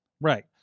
Right